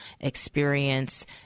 experience